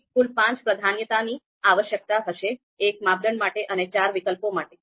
તેથી કુલ પાંચ પ્રાધાન્યતાની આવશ્યકતા રહેશે એક માપદંડ માટે અને ચાર વિકલ્પો માટે